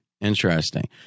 Interesting